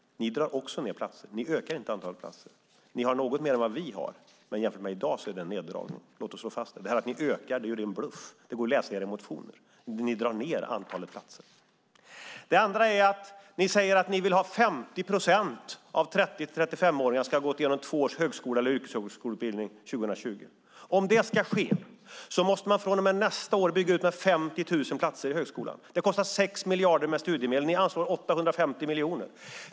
Ni drar också ned platser. Ni ökar inte antalet platser. Ni har något mer än vad vi har, men jämfört med i dag är det en neddragning. Låt oss slå fast det. Detta att ni ökar är en ren bluff. Det går att läsa i era motioner att ni i själva verket drar ned antalet platser. Det andra är att ni säger att ni vill att 50 procent av 30-35-åringarna ska ha gått igenom två års högskole eller yrkeshögskoleutbildning 2020. Om det ska ske måste man från och med nästa år bygga ut med 50 000 platser i högskolan. Det kostar 6 miljarder med studiemedel. Ni anslår 850 miljoner.